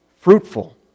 fruitful